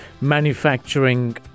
manufacturing